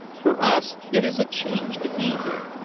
for us it is a change to be here,